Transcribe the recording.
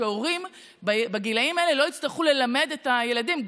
שהורים בגילאים האלה לא יצטרכו ללמד את הילדים,